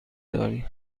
داری